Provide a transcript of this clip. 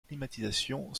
climatisation